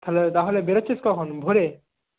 তাহলে তাহলে বেরোচ্ছিস কখন ভোরে